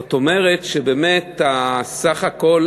זאת אומרת שבאמת הסך הכול